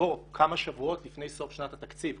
שבו כמה שבועות לפני סוף שנת התקציב,